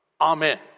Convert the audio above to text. Amen